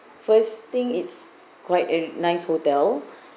first thing it's quite a nice hotel